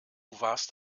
warst